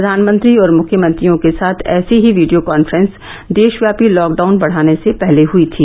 प्रधानमंत्री और मुख्यमंत्रियों के साथ ऐसी ही वीडियो कॉन्फ्रेंस देशव्यापी लॉकडाउन बढ़ाने से पहले हुयी थी